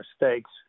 mistakes